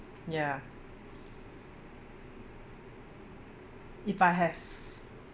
ya if I have